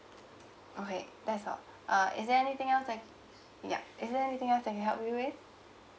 okay that's all uh is there anything else that ya is there anything else I can help you with